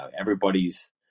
everybody's